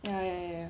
ya ya ya ya